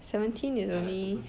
seventeen is only